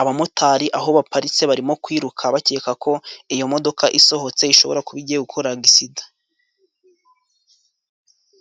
abamotari aho baparitse barimo kwiruka bakeka ko iyo modoka isohotse, ishobora kuba igiye gukora agisida.